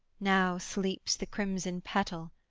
now sleeps the crimson petal,